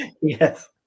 Yes